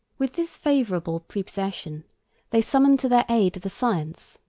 with this favorable prepossession they summoned to their aid the science,